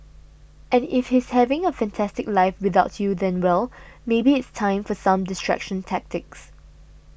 and if he's having a fantastic life without you then well maybe it's time for some distraction tactics